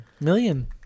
Million